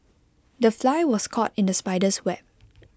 the fly was caught in the spider's web